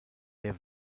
der